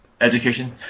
Education